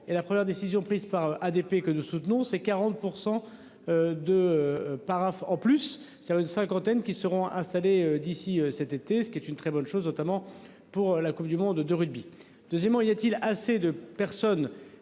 et la première décision prise par ADP que nous soutenons, c'est 40%. De paraphes en plus, c'est-à-dire une cinquantaine qui seront installés d'ici cet été, ce qui est une très bonne chose, notamment pour la Coupe du monde de rugby. Deuxièmement, il y a-t-il assez de personnes